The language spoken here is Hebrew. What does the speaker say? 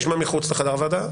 נשמע מחוץ לחדר הוועדה,